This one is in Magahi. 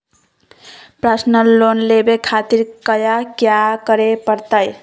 पर्सनल लोन लेवे खातिर कया क्या करे पड़तइ?